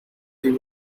you